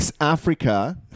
Africa